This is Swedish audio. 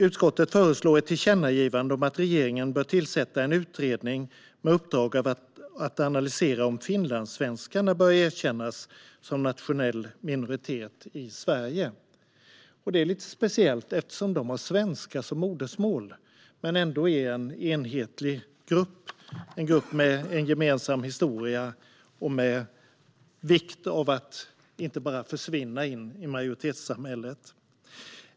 Utskottet föreslår ett tillkännagivande om att regeringen bör tillsätta en utredning med uppdrag att analysera om finlandssvenskarna bör erkännas som nationell minoritet i Sverige. Det är lite speciellt eftersom de har svenska som modersmål men ändå är en enhetlig grupp. Det är en grupp med en gemensam historia, och det är av vikt att de inte bara försvinner in i majoritetssamhället.